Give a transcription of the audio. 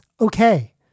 okay